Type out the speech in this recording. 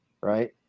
Right